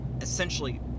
essentially